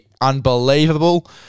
unbelievable